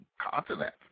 continent